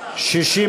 לשנת הכספים 2017,